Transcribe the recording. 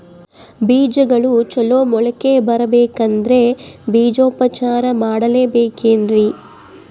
ಬೇಜಗಳು ಚಲೋ ಮೊಳಕೆ ಬರಬೇಕಂದ್ರೆ ಬೇಜೋಪಚಾರ ಮಾಡಲೆಬೇಕೆನ್ರಿ?